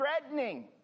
threatening